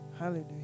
Hallelujah